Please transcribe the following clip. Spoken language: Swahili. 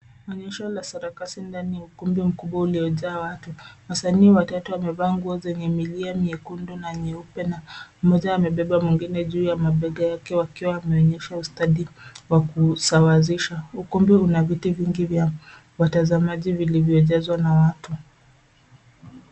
Onyesho la sarakasi ndani ya ukumbi mkubwa uliojaa watu. Wasanii watatu wamevaa nguo zenye milia myekundu na myeupe na mmoja amebeba mwingine juu ya mabega yake wakiwa wanaonyesha ustadi wa kusawasisha. Ukumbi una viti vingi vya watazamaji vilivyojazwa na watu.